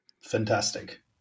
Fantastic